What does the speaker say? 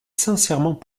sincèrement